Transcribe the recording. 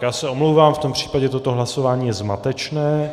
Já se omlouvám, v tom případě toto hlasování je zmatečné.